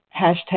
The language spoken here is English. hashtag